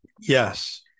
Yes